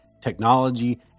technology